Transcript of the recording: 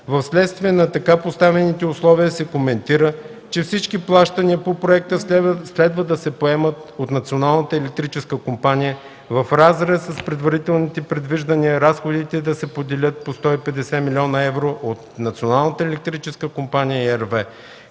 Вследствие на така поставените условия се коментира, че всички плащания по проекта следва да се поемат от Националната електрическа компания, в разрез с предварителните предвиждания разходите да се поделят по 150 млн. евро от Националната електрическа компания и РВЕ,